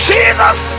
Jesus